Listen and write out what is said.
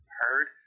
heard